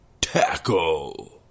Tackle